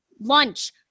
lunch